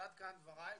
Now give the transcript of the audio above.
עד כאן דבריי.